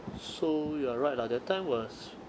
so you are right lah that time was